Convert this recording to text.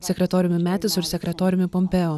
sekretoriumi metisu ir sekretoriumi pompeo